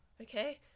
Okay